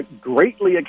greatly